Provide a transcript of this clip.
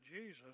Jesus